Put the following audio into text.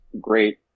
great